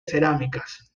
cerámicas